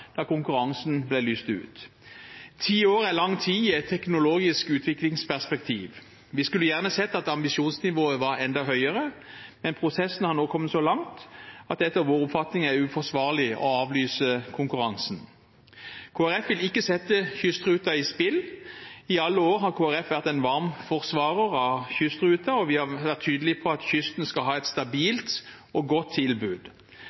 da konkurransen ble lyst ut. Ti år er lang tid i et teknologisk utviklingsperspektiv. Vi skulle gjerne sett at ambisjonsnivået var enda høyere, men prosessen har nå kommet så langt at det etter vår oppfatning er uforsvarlig å avlyse konkurransen. Kristelig Folkeparti vil ikke sette kystruten i spill. I alle år har Kristelig Folkeparti vært en varm forsvarer av kystruten og vi har vært tydelige på at kysten skal ha et stabilt og godt tilbud.